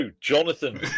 Jonathan